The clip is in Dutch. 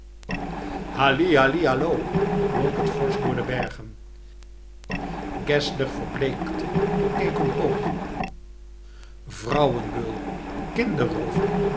halli halli hallo klonk het forsch door de bergen geszler verbleekte en keek omhoog vrouwenbeul kinderroover